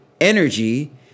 energy